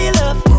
love